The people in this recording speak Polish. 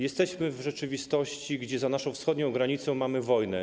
Jesteśmy w rzeczywistości, gdzie za naszą wschodnią granicą mamy wojnę.